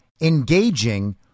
engaging